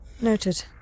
Noted